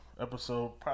Episode